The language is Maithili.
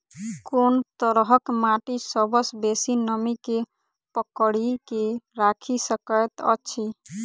कोन तरहक माटि सबसँ बेसी नमी केँ पकड़ि केँ राखि सकैत अछि?